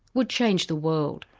would change the world.